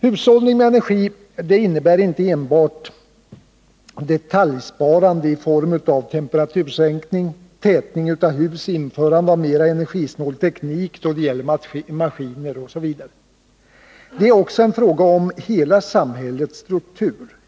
Hushållning med energi innebär inte enbart detaljsparande i form av temperatursänkning, tätning av hus, införande av mer energisnål teknik då det gäller maskiner osv. Det är också en fråga om hela samhällets struktur.